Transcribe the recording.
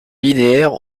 linéaires